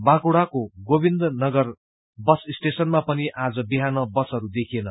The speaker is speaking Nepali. बाँकुङाको गोविन्दनगर बस स्टयाण्डमा पनि आज विहान वसहरू देखिएन